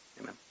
amen